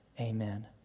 Amen